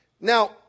Now